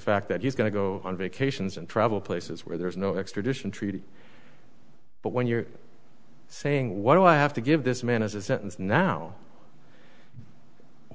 fact that he's going to go on vacations and travel places where there's no extradition treaty but when you're saying what do i have to give this man as a sentence now